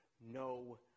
no